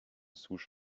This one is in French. souche